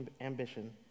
ambition